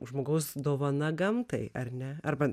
žmogaus dovana gamtai ar ne arba